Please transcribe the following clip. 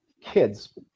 kids